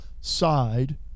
side